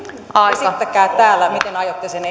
esittäkää täällä miten aiotte sen